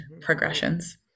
progressions